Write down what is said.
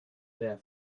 there